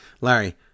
Larry